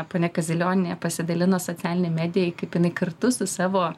ponia kazilionienė pasidalino socialinėj medijoj kaip jinai kartu su savo